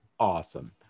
awesome